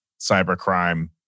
cybercrime